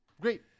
Great